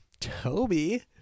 Toby